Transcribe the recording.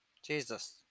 Jesus